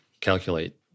calculate